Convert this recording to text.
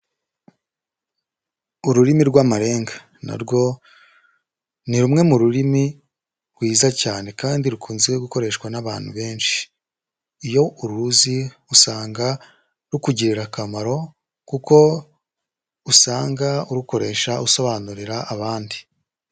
Ururimi rw'amarenga, na rwo ni rumwe mu rurimi rwiza cyane kandi rukunze gukoreshwa n'abantu benshi, iyo uruzi usanga rukugirira akamaro kuko usanga urukoresha usobanurira abandi.